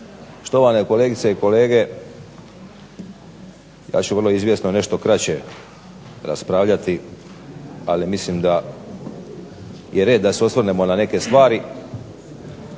štovane kolegice i kolege. Ja ću izvjesno nešto kraće raspravljati, ali mislim da je red da se osvrnemo na neke stvari.